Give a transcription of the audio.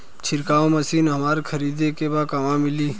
छिरकाव मशिन हमरा खरीदे के बा कहवा मिली?